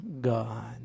God